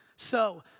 so,